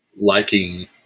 liking